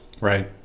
Right